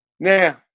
Now